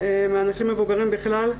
מאנשים מבוגרים בכלל.